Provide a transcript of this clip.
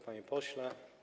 Panie Pośle!